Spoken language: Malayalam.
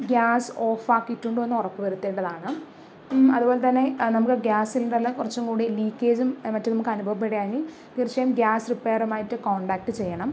ഗ്യാസ് ഓഫാക്കിയിട്ടുണ്ടോയെന്ന് ഉറപ്പു വരുത്തേണ്ടതാണ് അതുപോലെത്തന്നെ നമുക്ക് ഗ്യാസ് സിലിണ്ടറിൽ കുറച്ചും കൂടി ലീക്കേജും മറ്റും നമുക്ക് അനുഭവപ്പെടുകയാണെങ്കിൽ തീർച്ചയായും ഗ്യാസ് റിപ്പയറുമായിട്ട് കോണ്ടാക്ട് ചെയ്യണം